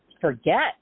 forget